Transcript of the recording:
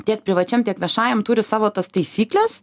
tiek privačiam tiek viešajam turi savo tas taisykles